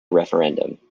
referendum